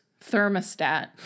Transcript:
thermostat